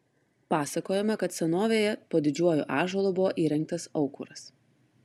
pasakojama kad senovėje po didžiuoju ąžuolu buvo įrengtas aukuras